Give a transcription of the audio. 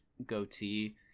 goatee